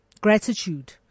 gratitude